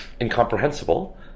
incomprehensible